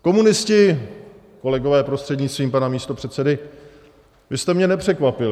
Komunisti, kolegové, prostřednictvím pana místopředsedy, vy jste mě nepřekvapili.